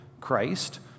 Christ